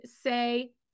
say